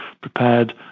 prepared